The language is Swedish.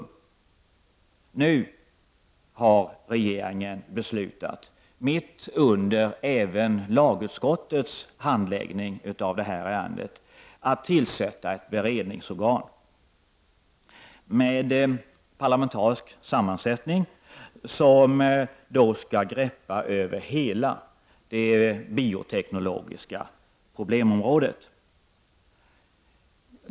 Men nu har regeringen beslutat — mitt under även lagutskottets handläggning av ärendet — att tillsätta ett beredningsorgan med parlamentarisk sammansättning som skall greppa över hela det bioteknologiska problemområdet.